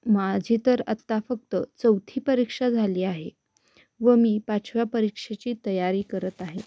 माझी तर आत्ता फक्त चौथी परीक्षा झाली आहे व मी पाचव्या परीक्षेची तयारी करत आहे